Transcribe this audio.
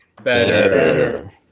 better